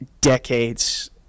decades